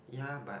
ya but